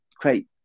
Great